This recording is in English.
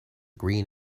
green